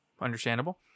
Understandable